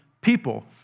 people